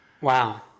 Wow